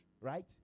right